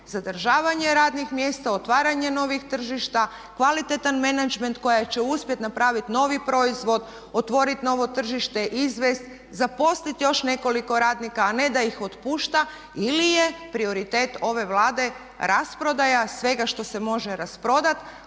zadržavanje radnih mjesta, otvaranje novih tržišta, kvalitetan menadžment koja će uspjet napraviti novi proizvod, otvorit novo tržište, izvest, zaposliti još nekoliko radnika a ne da ih otpušta ili je prioritet ove Vlade rasprodaja svega što se može rasprodati